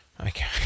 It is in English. Okay